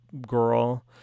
girl